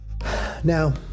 Now